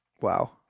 Wow